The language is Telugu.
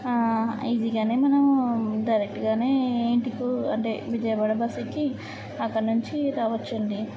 ఈజీగానే మనం డైరెక్ట్గానే ఇంటికి అంటే విజయవాడ బస్సు ఎక్కి అక్కడ నుంచి రావచ్చు అండి